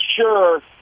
sure